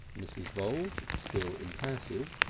mrs. voules, still impassive,